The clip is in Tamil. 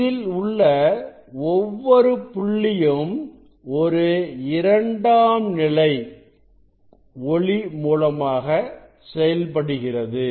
இதில் உள்ள ஒவ்வொரு புள்ளியும் ஒரு இரண்டாம் நிலை ஒளி மூலமாக செயல்படுகிறது